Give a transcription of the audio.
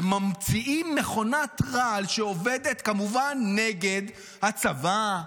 וממציאים מכונת רעל שעובדת כמובן נגד הצבא,